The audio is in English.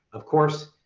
of course,